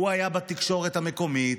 הוא היה בתקשורת המקומית,